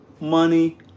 money